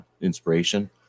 inspiration